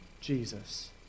Jesus